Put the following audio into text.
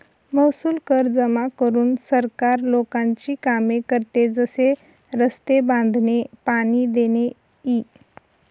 महसूल कर जमा करून सरकार लोकांची कामे करते, जसे रस्ते बांधणे, पाणी देणे इ